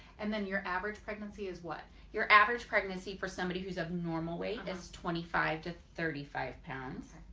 and then your average pregnancy is what? your average pregnancy for somebody who's of normal weight is twenty five to thirty five pounds.